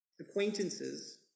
acquaintances